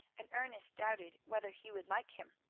and ernest doubted whether he would like him.